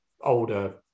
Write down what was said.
older